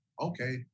Okay